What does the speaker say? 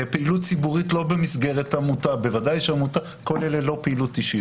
פעילות ציבורית לא במסגרת עמותה כל אלה לא פעילות אישית.